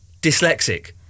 dyslexic